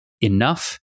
Enough